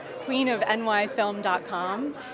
queenofnyfilm.com